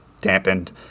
dampened